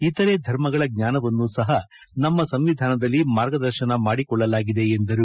ಇತರೆ ಧರ್ಮಗಳ ಜ್ಞಾನವನ್ನು ಸಹ ನಮ್ಮ ಸಂವಿಧಾನದಲ್ಲಿ ಮಾರ್ಗದರ್ಶನ ಮಾಡಿಕೊಳ್ಳಲಾಗಿದೆ ಎಂದರು